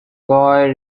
boy